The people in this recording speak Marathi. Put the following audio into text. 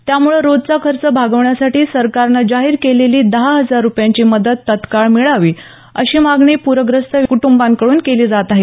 त्यामुळं रोजचा खर्च भागवण्यासाठी सरकारनं जाहीर केलेली दहा हजार रुपयांची मदत तत्काळ मिळावी अशी मागणी पुरग्रस्त कुटुंबांकडुन केली जात आहे